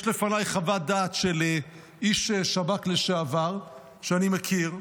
יש לפניי חוות דעת של איש שב"כ לשעבר שאני מכיר,